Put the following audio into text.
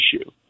issue